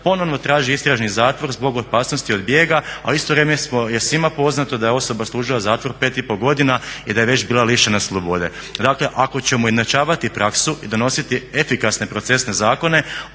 ponovno traži istražni zatvor zbog opasnosti od bijega a u isto vrijeme je svima poznato da je osoba služila zatvor 5,5 godina i da je već bila lišena slobode. Dakle ako ćemo ujednačavati praksu i donositi efikasne procesne zakone